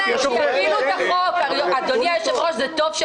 אם נתניהו יושב-ראש ועדת הבחירות המרכזית,